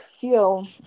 feel